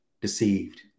deceived